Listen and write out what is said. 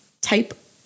type